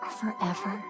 forever